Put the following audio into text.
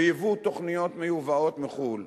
בתוכניות מיובאות מחו"ל,